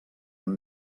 amb